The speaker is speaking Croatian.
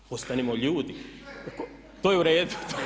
A postanimo ljudi, … [[Upadica se ne čuje.]] to je u redu.